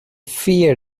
fear